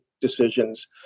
decisions